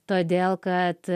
todėl kad